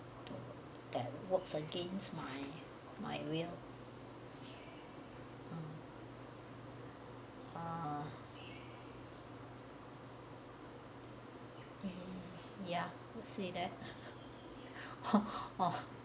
that works again my my will hmm uh ya you say that [ho]